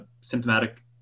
symptomatic